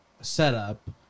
setup